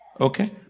Okay